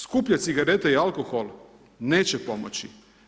Skuplje cigarete i alkohol neće pomoći.